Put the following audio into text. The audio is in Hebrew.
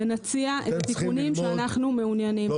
ונציע תיקונים שאנחנו מעוניינים בהם.